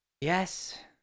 Yes